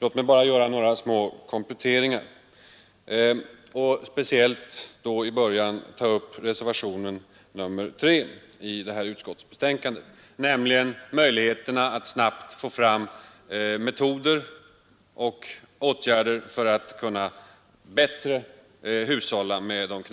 Låt mig göra några kompletteringar och till att börja med speciellt ta upp reservationen 3 i detta utskottsbetänkande, som handlar om möjligheterna att snabbt få fram metoder och åtgärder för att bättre kunna hushålla med de,